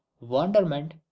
wonderment